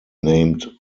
named